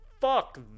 fuck